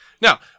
now